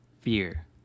Fear